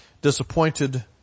Disappointed